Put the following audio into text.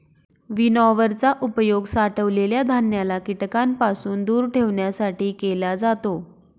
winnower चा उपयोग साठवलेल्या धान्याला कीटकांपासून दूर ठेवण्यासाठी केला जातो